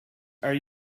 are